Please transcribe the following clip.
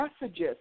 messages